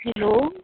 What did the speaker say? hello